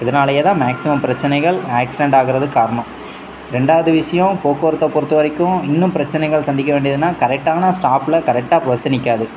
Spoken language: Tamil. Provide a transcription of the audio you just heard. இதனாலேயே தான் மேக்சிமம் பிரச்சனைகள் ஆக்சிடெண்ட் ஆகுறதுக்கு காரணம் ரெண்டாவது விஷயம் போக்குவரத்தை பொறுத்த வரைக்கும் இன்னும் பிரச்சினைகள் சந்திக்க வேண்டியதுன்னால் கரெக்டான ஸ்டாப்பில் கரெக்டாக பஸ்ஸு நிற்காது